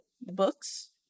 books